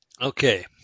Okay